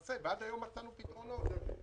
עד היום מצאנו פתרונות.